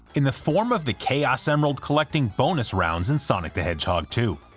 in the form of the chaos emerald collecting bonus rounds in sonic the hedgehog two,